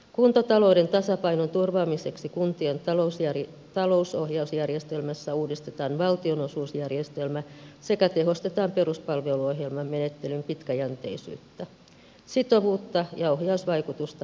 kuntatalouden tasapainon turvaamiseksi kuntien talousohjausjärjestelmässä uudistetaan valtionosuusjärjestelmä sekä tehostetaan peruspalveluohjelman menettelyn pitkäjänteisyyttä sitovuutta ja ohjausvaikutusta hallitusohjelman mukaisesti